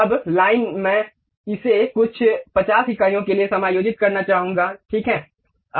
अब लाइन मैं इसे कुछ 50 इकाइयों के लिए समायोजित करना चाहूंगा ठीक है